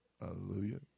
Hallelujah